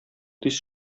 тиз